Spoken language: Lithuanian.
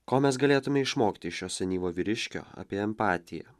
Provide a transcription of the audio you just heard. ko mes galėtume išmokti iš šio senyvo vyriškio apie empatiją